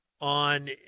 on